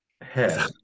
head